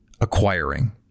acquiring